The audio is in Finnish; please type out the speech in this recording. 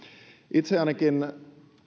itseänikin